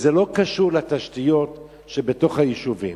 זה לא קשור לתשתיות שבתוך היישובים.